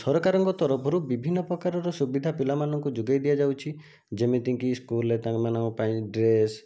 ସରକାରଙ୍କ ତରଫରୁ ବିଭିନ୍ନ ପ୍ରକାର ସୁବିଧା ପିଲାମାନଙ୍କୁ ଯୋଗାଇଦିଆଯାଉଛି ଯେମିତିକି ସ୍କୁଲ୍ରେ ତାଙ୍କମାନଙ୍କ ପାଇଁ ଡ୍ରେସ୍